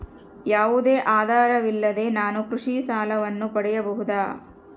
ಯಾವುದೇ ಆಧಾರವಿಲ್ಲದೆ ನಾನು ಕೃಷಿ ಸಾಲವನ್ನು ಪಡೆಯಬಹುದಾ?